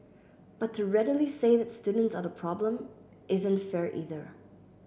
but to readily say that students are the problem isn't fair either